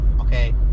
Okay